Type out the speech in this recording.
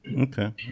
Okay